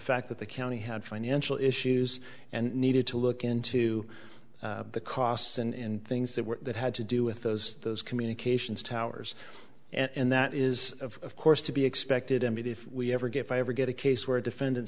fact that the county had financial issues and needed to look into the costs and things that were that had to do with those those communications towers and that is of course to be expected i mean if we ever get if i ever get a case where a defendant